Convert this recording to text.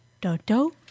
do-do